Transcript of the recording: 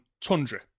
Tundra